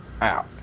out